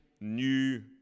new